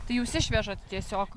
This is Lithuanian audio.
tai jūs išvežat tiesiog